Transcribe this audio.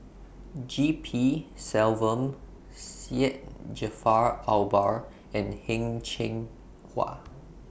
G P Selvam Syed Jaafar Albar and Heng Cheng Hwa